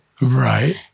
Right